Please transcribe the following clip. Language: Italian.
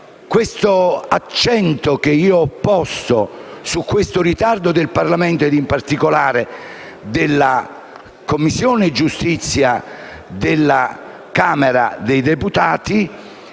e l'accento che ho posto su questo ritardo del Parlamento, in particolare della Commissione giustizia della Camera dei deputati,